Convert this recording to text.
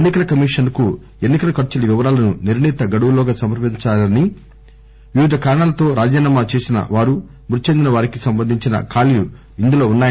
ఎన్ని కల కమిషన్ కు ఎన్ని కల ఖర్చుల వివరాలను నిర్ణీత గడువులోగా సమర్పించని వారు వివిధ కారణాలతో రాజీనామా చేసిన వారుమృతి చెందిన వారికి సంబంధించిన ఖాళీలు ఇందులో ఉన్నాయి